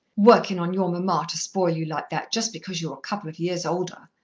working on your mamma to spoil you like that, just because you're a couple of years older!